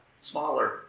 smaller